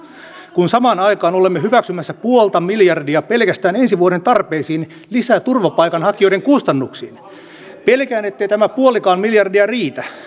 kun samaan aikaan olemme hyväksymässä puolta miljardia pelkästään ensi vuoden tarpeisiin lisää turvapaikanhakijoiden kustannuksiin pelkään ettei tämä puolikaan miljardia riitä